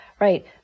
right